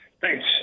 Thanks